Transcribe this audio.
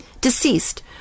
deceased